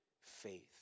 faith